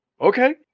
Okay